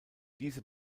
diese